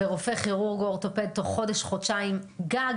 ורופא כירורג או אורתופד תוך חודש-חודשיים גג